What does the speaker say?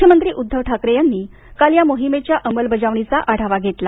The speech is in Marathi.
मुख्यमंत्री उद्धव ठाकरे यांनी काल या मोहिमेच्या अंमलबजावणीचा आढावा घेतला